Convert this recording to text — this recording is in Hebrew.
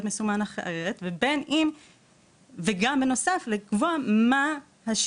מסומן אחרת וגם בנוסף לכך היא תצטרך לקבוע מה הם